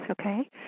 okay